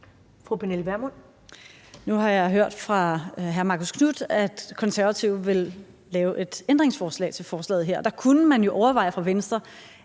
Pernille Vermund (NB): Nu har jeg hørt fra hr. Marcus Knuth, at Konservative vil lave et ændringsforslag til forslaget her, og der kunne man jo overveje fra Venstres